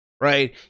Right